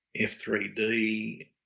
F3D